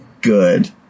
good